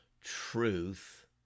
truth